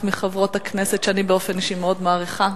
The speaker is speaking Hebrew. מחברות הכנסת שאני באופן אישי מאוד מעריכה,